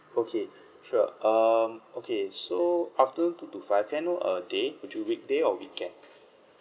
okay sure um okay so after two to five can I know a day would you weekday or weekend